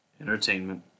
entertainment